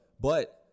but-